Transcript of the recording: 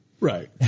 right